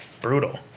Brutal